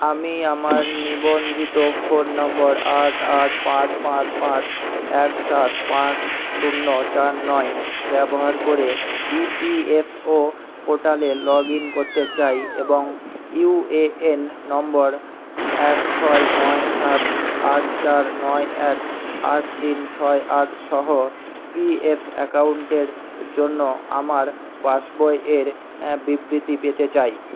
আমি আমার নিবন্ধিত ফোন নম্বর আট আট পাঁচ পাঁচ পাঁচ এক সাত পাঁচ শূন্য চার নয় ব্যবহার করে ই পি এফ ও পোর্টালে লগ ইন করতে চাই এবং ইউ এ এন নম্বর এক ছয় নয় সাত আট চার নয় এক আট তিন ছয় আট সহ পি এফ অ্যাকাউন্টের জন্য আমার পাসবই এর বিবৃতি পেতে চাই